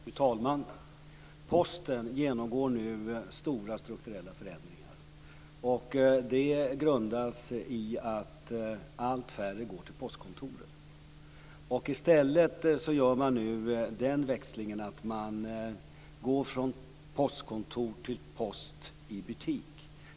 Fru talman! Posten genomgår nu stora strukturella förändringar. Det grundas i att allt färre går till postkontoren. Nu gör man den förändringen att man går från postkontor till post i butik.